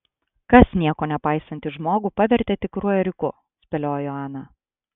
kas nieko nepaisantį žmogų pavertė tikru ėriuku spėliojo ana